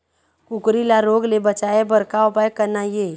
कुकरी ला रोग ले बचाए बर का उपाय करना ये?